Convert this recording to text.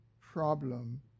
problem